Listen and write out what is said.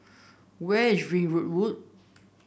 where is Ringwood Road